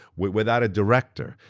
without a director.